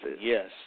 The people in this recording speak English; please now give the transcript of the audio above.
Yes